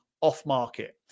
off-market